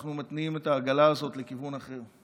אנחנו מתניעים את העגלה הזאת לכיוון אחר.